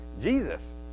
Jesus